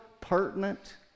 pertinent